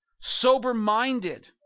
Sober-minded